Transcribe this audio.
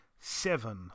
Seven